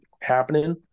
happening